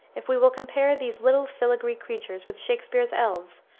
if we will compare these little filagree creatures with shakspere's elves,